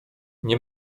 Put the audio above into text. nie